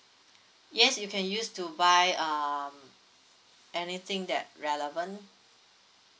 yes you can use to buy um anything that relevant